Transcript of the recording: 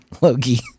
Loki